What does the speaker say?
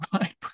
right